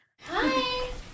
Hi